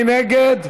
מי נגד?